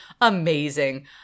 amazing